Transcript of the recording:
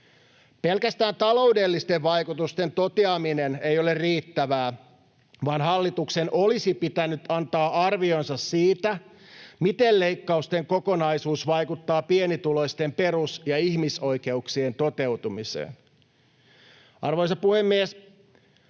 Pelkästään taloudellisten vaikutusten toteaminen ei ole riittävää, vaan hallituksen olisi pitänyt antaa arvionsa siitä, miten leikkausten kokonaisuus vaikuttaa pienituloisten perus- ja ihmisoikeuksien toteutumiseen. Arvoisa puhemies!